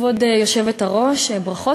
כבוד היושבת-ראש, ברכות.